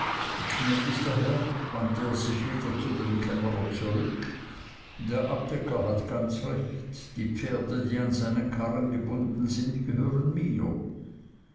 herr wandte er sich wieder zu dem kämmerer zurück der abdecker hat ganz recht die pferde die an seinen karren gebunden sind gehören mir